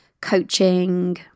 coaching